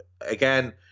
again